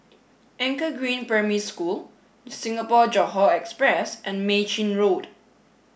Anchor Green Primary School Singapore Johore Express and Mei Chin Road